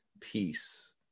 peace